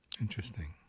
Interesting